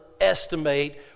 estimate